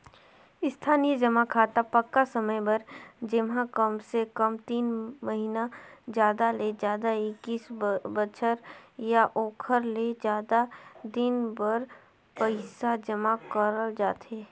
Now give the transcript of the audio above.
इस्थाई जमा खाता पक्का समय बर जेम्हा कमसे कम तीन महिना जादा ले जादा एक्कीस बछर या ओखर ले जादा दिन बर पइसा जमा करल जाथे